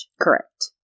Correct